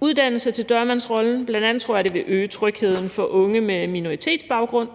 uddannelse til dørmandsrollen. Bl.a. tror jeg, det vil øge trygheden for unge med minoritetsbaggrund,